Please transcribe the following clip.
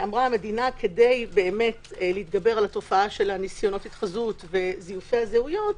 המדינה אמרה: כדי להתגבר על התופעה של ניסיונות ההתחזות וזיופי הזהויות,